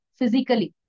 physically